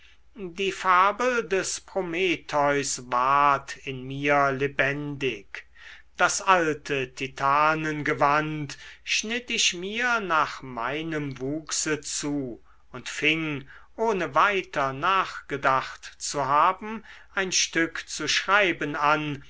die fabel des prometheus ward in mir lebendig das alte titanengewand schnitt ich mir nach meinem wuchse zu und fing ohne weiter nachgedacht zu haben ein stück zu schreiben an